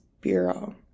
Bureau